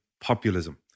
populism